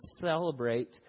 celebrate